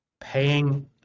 paying